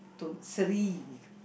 Tun Sri